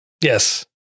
Yes